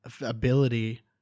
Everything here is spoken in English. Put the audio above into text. ability